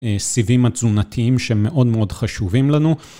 סיבים עצונתיים שמאוד מאוד חשובים לנו.